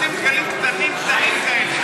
רוצים דגלים קטנים קטנים כאלה.